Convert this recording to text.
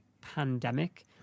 pandemic